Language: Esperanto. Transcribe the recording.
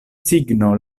signo